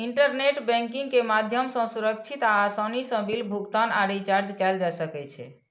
internet banking के माध्यम सं सुरक्षित आ आसानी सं बिल भुगतान आ रिचार्ज कैल जा सकै छै